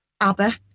ABBA